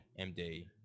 MD